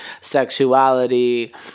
sexuality